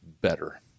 better